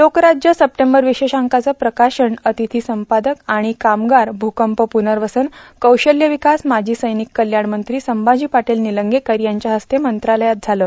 Lokrajya September विशेषांकाच प्रकाशन र्जातथी संपादक तथा कामगार भूकंप प्नवसन कौशल्य प्वकास माजी सैर्गानक कल्याण मंत्री संभाजी पाटील र्गनलंगेकर यांच्या हस्ते आज मंत्रालयात झाल